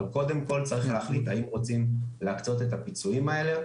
אבל קודם כל צריך להחליט האם רוצים להקצות את הפיצויים האלה,